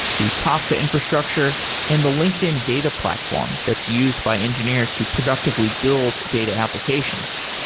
the kafka infrastructure, and the linkedin data platform that's used by engineers to productively build data applications.